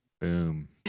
boom